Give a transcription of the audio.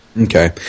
Okay